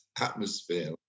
atmosphere